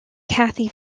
kathy